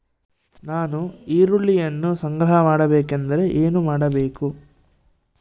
ನಾನು ಈರುಳ್ಳಿಯನ್ನು ಸಂಗ್ರಹ ಮಾಡಬೇಕೆಂದರೆ ಏನು ಮಾಡಬೇಕು?